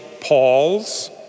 Paul's